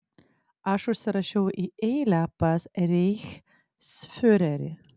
aš užsirašiau į eilę pas reichsfiurerį